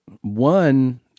One